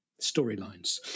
storylines